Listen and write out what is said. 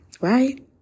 right